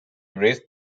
raised